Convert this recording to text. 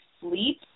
sleep